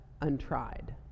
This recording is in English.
untried